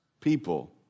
people